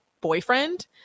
boyfriend